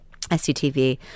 SCTV